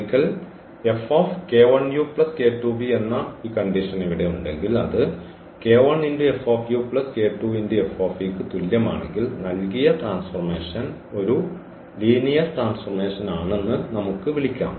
ഒരിക്കൽ എന്ന ഈ അവസ്ഥ ഇവിടെ ഉണ്ടെങ്കിൽ അത് ന് തുല്യമാണെങ്കിൽ നൽകിയ ട്രാൻസ്ഫോർമേഷൻ ഒരു ലീനിയർ ട്രാൻസ്ഫോർമേഷനാണെന്ന് നമുക്ക് വിളിക്കാം